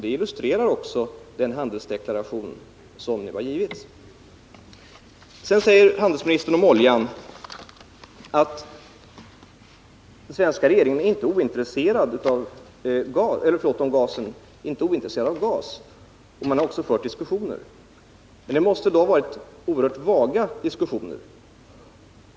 Det illustrerar också den handelsdeklaration som nu har avgivits. Handelsministern säger sedan att den svenska regeringen inte är ointresserad av gas och att man också har fört diskussioner. Men då måste det ha varit oerhört vaga diskussioner.